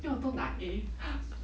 then 我都拿 A